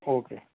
okay